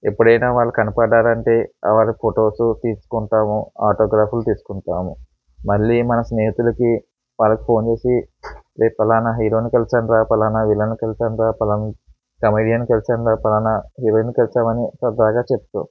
ఎప్పుడైనా వాళ్ళు కనపడినారంటే వాళ్ళ ఫోటోసు తీసుకుంటాము ఆటోగ్రాఫ్లు తీసుకంటాము మళ్ళీ మన స్నేహితులకి వాళ్ళకి ఫోన్ చేసి రేయ్ ఫలానా హీరోని కలిసాను రా ఫలానా విలన్ని కలిసాను రా ఫలానా కమేడియన్ని కలిసాను రా ఫలానా హీరోయిన్ని కలిసామని సరదాగా చెప్తాం